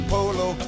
Polo